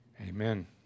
amen